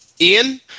Ian